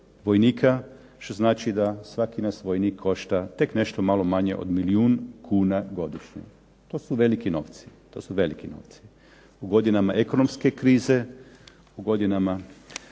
što znači da svaki nas vojnik košta tek nešto malo manje od miliju kuna godišnje, to su veliki novci. U godinama velike krize, u godinama